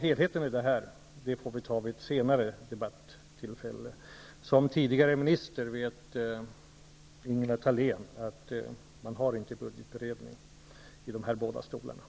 Helheten får vi emellertid diskutera vid ett senare debattillfälle. Såsom tidigare minister vet Ingela Thalén att man inte har budgetberedning i dessa båda talarstolar.